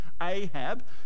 Ahab